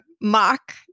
mock